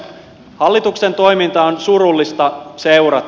hallituksen toimintaa on surullista seurata